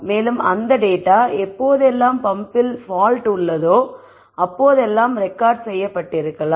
மேலும் அந்த டேட்டா எப்பொழுதெல்லாம் பம்ப்பில் பால்ட் உள்ளதோ அப்போதெல்லாம் ரெக்கார்ட் செய்யப்பட்டிருக்கலாம்